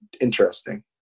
interesting